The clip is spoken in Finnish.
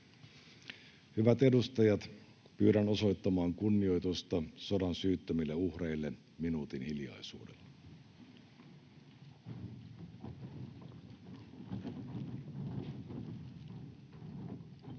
Hyvät edustajat! Pyydän osoittamaan kunnioitusta sodan syyttömille uhreille minuutin hiljaisuudella.